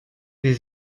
des